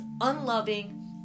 unloving